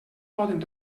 poden